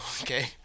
Okay